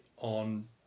on